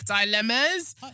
dilemmas